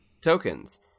tokens